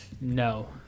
No